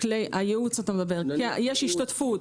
יש השתתפות.